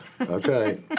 Okay